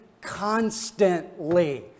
constantly